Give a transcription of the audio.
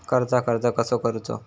कर्जाक अर्ज कसो करूचो?